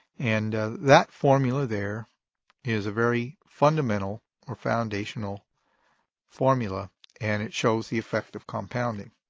and that formula there is a very fundamental or foundational formula and it shows the effect of compounding.